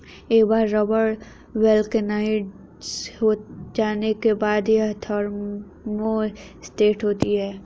एक बार rubber vulcanised हो जाने के बाद, यह थर्मोसेट होता है